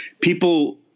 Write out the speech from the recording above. People